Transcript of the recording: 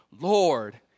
Lord